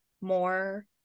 more